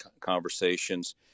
conversations